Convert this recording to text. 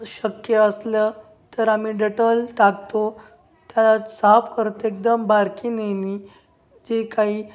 शक्य असलं तर आम्ही डेटल टाकतो त्यात साफ करत एकदम बारकाईने जे काही